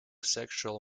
sexual